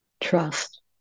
trust